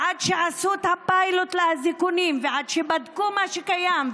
עד שעשו את הפיילוט לאזיקונים ועד שבדקו מה שקיים,